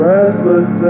Restless